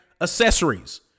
accessories